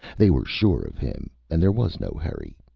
they were sure of him and there was no hurry.